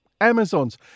Amazons